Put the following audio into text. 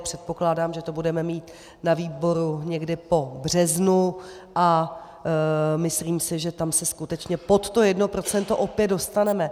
Předpokládám, že to budeme mít na výboru někdy po březnu, a myslím si, že tam se skutečně pod to 1 % opět dostaneme.